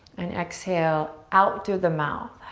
and exhale out through the mouth.